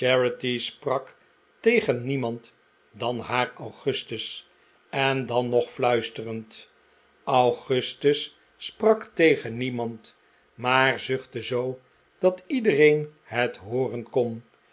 tegen niemand dan haar augustus en dan nog fluisterend augustus sprak tegen niemand maar zuchtte zoo dat iedereen het hooren kon